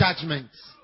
judgments